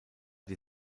die